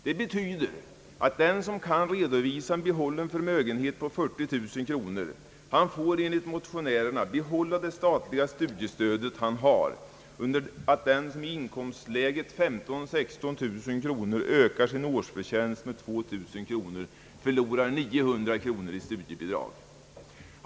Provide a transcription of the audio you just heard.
Det betyder att den som kan redovisa en behållen förmögenhet på 40000 kronor enligt motionärerna får behålla det statliga studiestödet, under det att den som i inkomstläget 15 000—16 000 - kronor ökar sin årsinkomst med 2 000 kronor förlorar 900 kronor i studiebidrag.